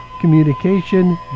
communication